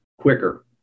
quicker